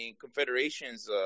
confederations